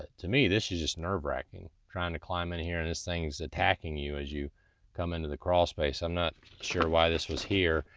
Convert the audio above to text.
to me, this is just nerve-racking trying to climb in here and this things attacking you as you come into the crawl space. i'm not sure why this was here,